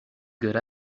good